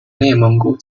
内蒙古